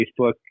Facebook